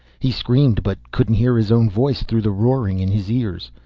he screamed but couldn't hear his own voice through the roaring in his ears.